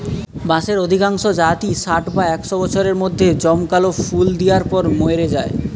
বাঁশের অধিকাংশ জাতই ষাট বা একশ বছরের মধ্যে জমকালো ফুল দিয়ার পর মোরে যায়